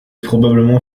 probablement